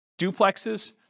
duplexes